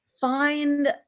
find